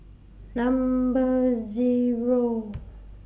Number Zero